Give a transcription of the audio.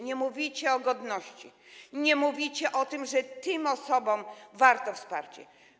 Nie mówicie o godności, nie mówicie o tym, że tym osobom warto dać wsparcie.